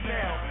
now